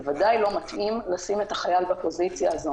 זה ודאי לא מתאים לשים את החייל בפוזיציה הזו.